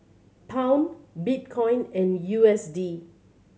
Pound Bitcoin and U S D